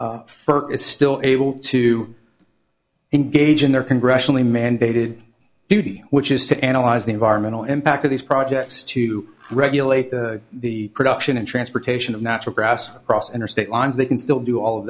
further is still able to engage in their congressionally mandated duty which is to analyze the environmental impact of these projects to regulate the production and transportation of natural gas cross interstate lines they can still do all of